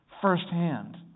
firsthand